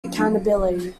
accountability